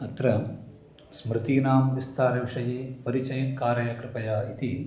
अत्र स्मृतीनां विस्तारविषये परिचयं कारय कृपया इति